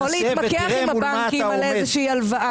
או להתמקח עם הבנקים על הלוואה.